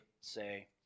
say